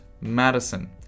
Madison